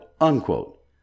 Unquote